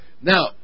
Now